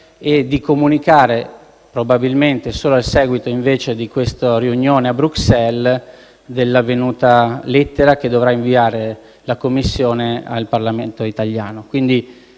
e di comunicare, probabilmente solo a seguito invece di questa riunione a Bruxelles, dell'avvenuta lettera che dovrà inviare la Commissione al Parlamento italiano.